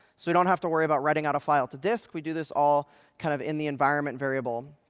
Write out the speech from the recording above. so we don't have to worry about writing out a file to disk. we do this all kind of in the environment variable.